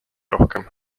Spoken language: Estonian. rohkem